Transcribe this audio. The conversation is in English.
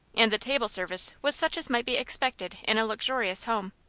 and the table service was such as might be expected in a luxurious home.